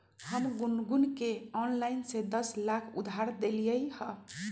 हम गुनगुण के ऑनलाइन से दस लाख उधार देलिअई ह